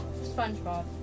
SpongeBob